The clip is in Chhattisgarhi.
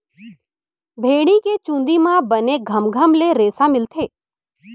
भेड़ी के चूंदी म बने घमघम ले रेसा मिलथे